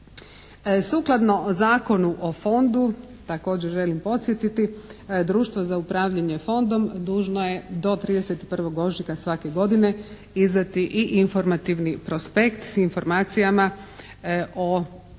Sukladno Zakonu o fondu također želim podsjetiti Društvo za upravljanje Fondom dužno je do 31. ožujka svake godine izdati i informativni prospekt s informacijama o poslovanju